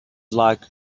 like